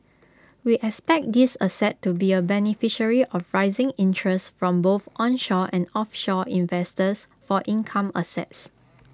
we expect this asset to be A beneficiary of rising interests from both onshore and offshore investors for income assets